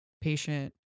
patient